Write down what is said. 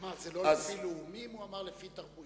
הוא אמר, זה לא לפי לאומים, הוא אמר, לפי תרבויות.